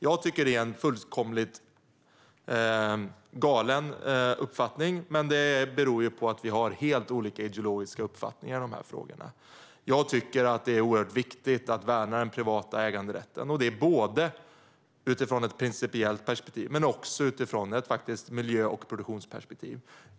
Jag tycker att det är en fullkomligt galen uppfattning, men det beror ju på att vi har helt olika ideologiska uppfattningar i de här frågorna. Jag tycker att det är oerhört viktigt att värna den privata äganderätten, och det utifrån ett principiellt perspektiv men faktiskt även utifrån ett miljö och produktionsperspektiv.